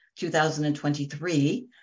2023